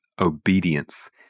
obedience